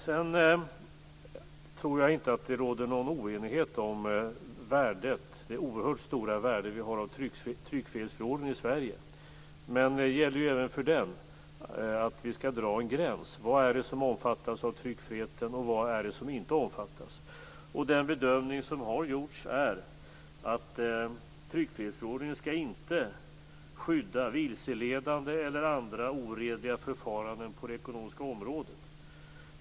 Jag tror inte att det råder någon oenighet om det oerhört stora värde som tryckfrihetsförordningen har i Sverige. Men det gäller även för den att vi skall dra en gräns. Vad är det som omfattas av tryckfriheten, och vad är det som inte omfattas? Den bedömning som har gjorts är att tryckfrihetsförordningen inte skall skydda vilseledande eller andra orediga förfaranden på det ekonomiska området.